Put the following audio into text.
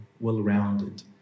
well-rounded